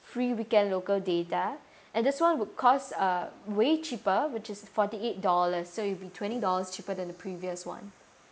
free weekend local data and this [one] would cost uh way cheaper which is forty eight dollars so it'll be twenty dollars cheaper than the previous [one]